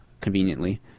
conveniently